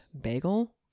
bagel